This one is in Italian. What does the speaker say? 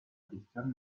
gestione